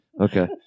Okay